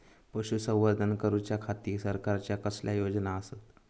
पशुसंवर्धन करूच्या खाती सरकारच्या कसल्या योजना आसत?